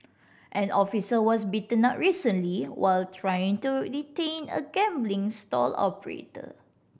an officer was beaten up recently while trying to detain a gambling stall operator